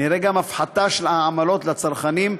נראה גם הפחתה של העמלות לצרכנים.